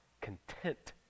content